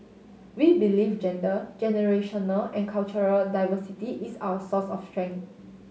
we believe gender generational and cultural diversity is our source of strength